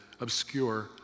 obscure